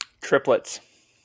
Triplets